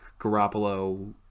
Garoppolo